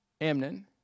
Amnon